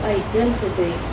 identity